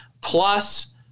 plus